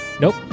Nope